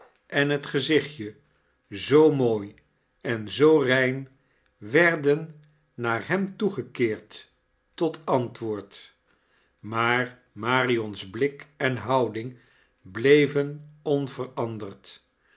en het gezichtje zoo mooi en zoo rein werden near hem toegekeeird tot antwoord maar marion's blik en houding bleven onveranderd